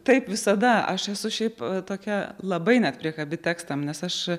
taip visada aš esu šiaip tokia labai net priekabi tekstam nes aš